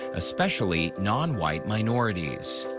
especially nonwhite minorities.